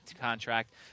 contract